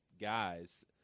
guys –